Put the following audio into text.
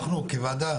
אנחנו כוועדה